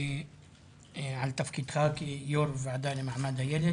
על תפקידך כיושב-ראש הוועדה למעמד הילד.